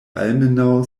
almenaŭ